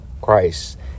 Christ